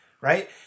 right